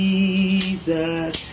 Jesus